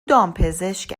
دامپزشک